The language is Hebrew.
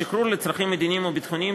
השחרור לצרכים מדיניים או ביטחוניים